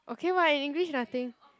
okay [what] in English is nothing